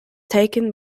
taken